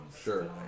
Sure